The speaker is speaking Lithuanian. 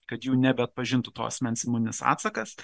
kad jų nebeatpažintų to asmens imuninis atsakas